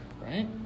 Right